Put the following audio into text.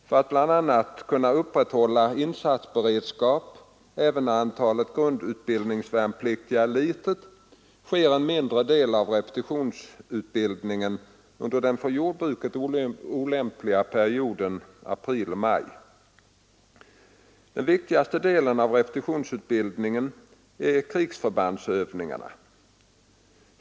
För att bl.a. kunna upprätthålla insatsberedskap även när antalet grundutbildningsvärnpliktiga är litet sker en mindre del av repetitionsutbildningen under den för jordbruket olämpliga perioden april—maj. Den viktigaste delen av repetitionsutbildningen är krigsförbandsövningarna.